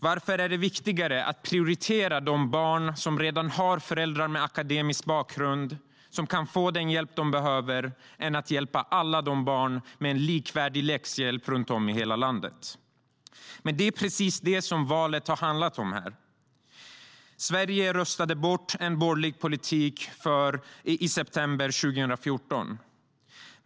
Varför är det viktigare att prioritera barn som har föräldrar med akademisk bakgrund och därmed kan få den hjälp de behöver än att hjälpa alla barn med likvärdig läxhjälp runt om i hela landet? Det är precis det som valet har handlat om. Sverige röstade bort en borgerlig politik i september 2014.